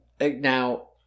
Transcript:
Now